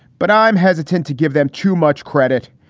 but i'm hesitant to give them too much credit.